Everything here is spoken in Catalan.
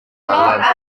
atlàntic